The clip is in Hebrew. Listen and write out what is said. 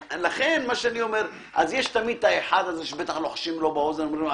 אז יש תמיד את האחד הזה שבטח לוחשים לו באוזן ואומרים לו,